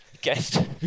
guest